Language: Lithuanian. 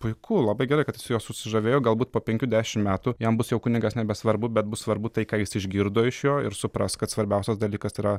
puiku labai gerai kad jisai juo susižavėjo galbūt po penkių dešim metų jam bus jau kunigas nebesvarbu bet bus svarbu tai ką jis išgirdo iš jo ir supras kad svarbiausias dalykas yra